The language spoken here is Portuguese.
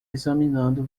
examinando